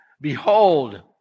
behold